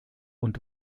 und